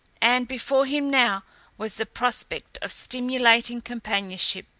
and before him now was the prospect of stimulating companionship.